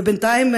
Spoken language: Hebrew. ובינתיים,